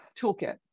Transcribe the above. toolkit